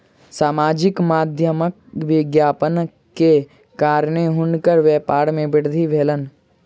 सामाजिक माध्यमक विज्ञापन के कारणेँ हुनकर व्यापार में वृद्धि भेलैन